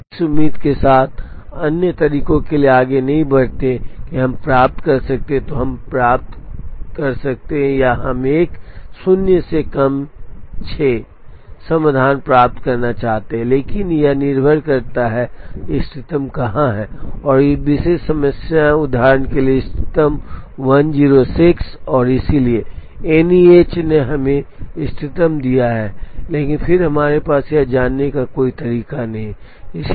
यदि हम इस उम्मीद के साथ अन्य तरीकों के लिए आगे नहीं बढ़ते हैं कि हम प्राप्त कर सकते हैं तो हम प्राप्त कर सकते हैं या हम 1 शून्य से कम 6 समाधान प्राप्त करना चाहते हैं लेकिन यह निर्भर करता है कि इष्टतम कहां है और इस विशेष समस्या उदाहरण के लिए इष्टतम है 106 और इसलिए एनईएच ने हमें इष्टतम दिया है लेकिन फिर हमारे पास यह जानने का कोई तरीका नहीं है